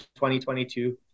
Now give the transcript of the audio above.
2022